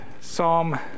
Psalm